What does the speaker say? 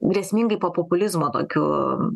grėsmingai po populizmo tokiu